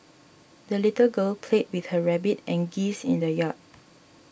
the little girl played with her rabbit and geese in the yard